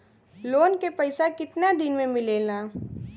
Loan के पैसा कितना दिन मे मिलेला?